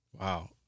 Wow